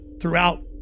throughout